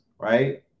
Right